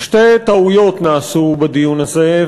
וזה נקרא הליך סביר,